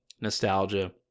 nostalgia